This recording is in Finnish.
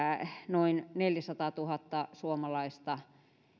noin neljäsataatuhatta suomalaista